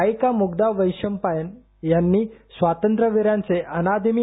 गायिका मुग्धा वैशंपायन यांनी स्वातंत्र्यवीरांचे अनादि मी